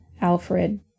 Alfred